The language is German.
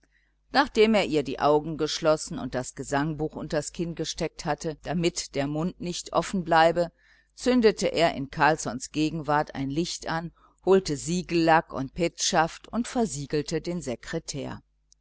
nachdem er ihr die augen geschlossen und das gesangbuch unters kinn gesteckt hatte damit der mund nicht offen bleibe zündete er in carlssons gegenwart ein licht an holte siegellack und petschaft und versiegelte den sekretär